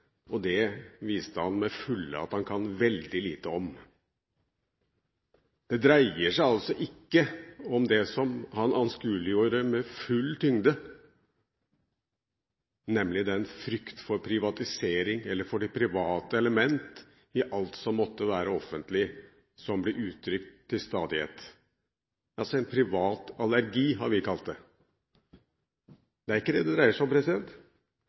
stortingsvalg. Det viste han til fulle at han kan veldig lite om. Det dreier seg altså ikke om det som han anskueliggjorde med full tyngde, nemlig den frykt for privatisering, eller for det private element i alt som måtte være offentlig, som blir uttrykt til stadighet – en privat allergi, har vi kalt det. Det er ikke det det dreier seg om.